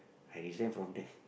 I resign from there